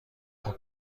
پاک